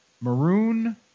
maroon